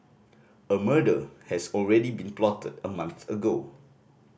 a murder has already been plotted a month ago